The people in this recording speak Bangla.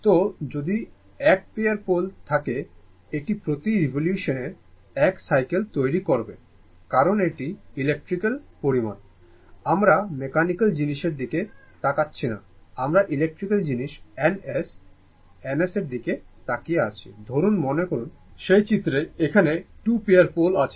তো যদি 1 পেয়ার পোল থাকে এটি প্রতি রিভলিউশন 1 সাইকেল তৈরি করবে কারণ এটি ইলেকট্রিক্যাল পরিমাণ আমরা মেকানিক্যাল জিনিসের দিকে তাকাচ্ছি না আমরা ইলেকট্রিক্যাল জিনিস N S N S এর দিকে তাকিয়ে আছি ধরুন মনে করুন সেই চিত্রে এখানে 2 পেয়ার পোল আছে